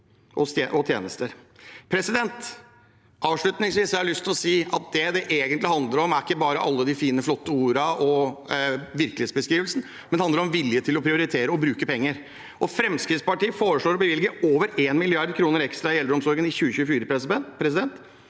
tjenester. Avslutningsvis har jeg lyst til å si at det det egentlig handler om, ikke bare er alle de fine og flotte ordene og virkelighetsbeskrivelsen, men om vilje til å prioritere og bruke penger. Fremskrittspartiet foreslår å bevilge over 1 mrd. kr ekstra i eldreomsorgen i 2024. Pengene